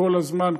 כל הזמן,